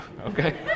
Okay